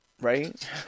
Right